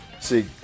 See